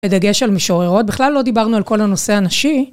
בדגש על משוררות, בכלל לא דיברנו על כל הנושא הנשי.